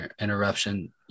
interruption